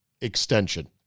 extension